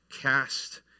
cast